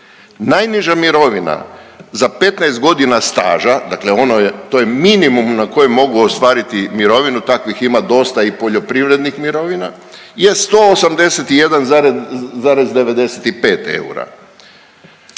Najniža mirovina za 15 godina staža, dakle to je minimum na koji mogu ostvariti mirovinu. Takvih ima dosta i poljoprivrednih mirovina je 181,95 eura.